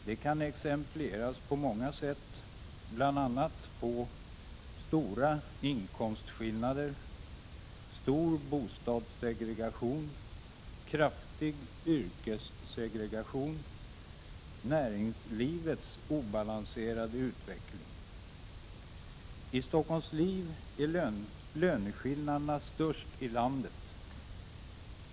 Detta kan exemplifieras på många sätt, bl.a. genom stora inkomstskillnader, stor bostadssegregation, kraftig yrkessegregation och näringslivets obalanserade utveckling. Stockholms län har de största löneskillnaderna i landet.